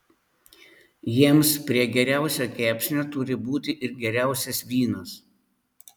jiems prie geriausio kepsnio turi būti ir geriausias vynas